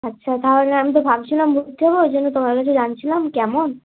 আচ্ছা তাহলে আমি তো ভাবছিলাম যে ভর্তি হবো ওই জন্য তোমার কাছে জানছিলাম কেমন